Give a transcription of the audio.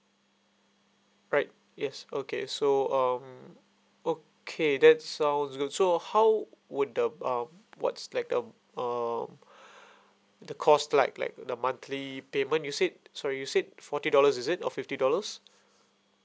right yes okay so um okay that sounds good so how would the um what's like um um the cost like like the monthly payment you said sorry you said forty dollars is it or fifty dollars